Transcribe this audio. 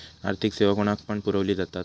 आर्थिक सेवा कोणाकडन पुरविली जाता?